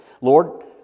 Lord